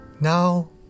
Now